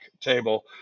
table